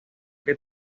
que